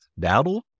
dowdle